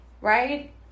right